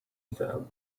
them